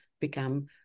become